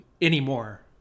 anymore